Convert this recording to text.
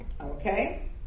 Okay